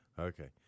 Okay